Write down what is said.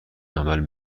عمل